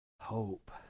hope